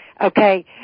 Okay